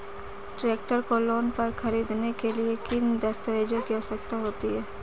Tractor को loan पर खरीदने के लिए किन दस्तावेज़ों की आवश्यकता होती है?